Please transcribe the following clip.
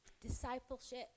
Discipleship